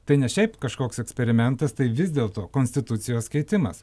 tai ne šiaip kažkoks eksperimentas tai vis dėlto konstitucijos keitimas